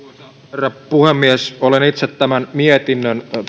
herra puhemies olen itse tämän mietinnön